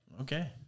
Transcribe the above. okay